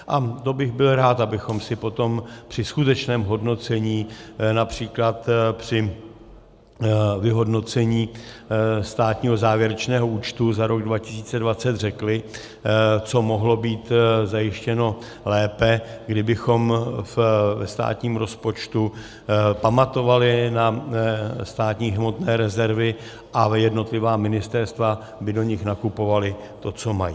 A to bych byl rád, abychom si potom při skutečném hodnocení, např. při vyhodnocení státního závěrečného účtu za rok 2020, řekli, co mohlo být zajištěno lépe, kdybychom ve státním rozpočtu pamatovali na státní hmotné rezervy a jednotlivá ministerstva by do nich nakupovala to, co mají.